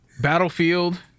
Battlefield